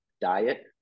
diet